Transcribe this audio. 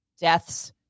deaths